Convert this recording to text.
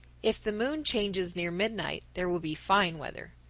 if the moon changes near midnight there will be fine weather.